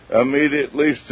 immediately